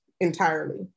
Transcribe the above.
entirely